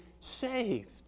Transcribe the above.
saved